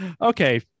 Okay